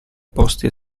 posti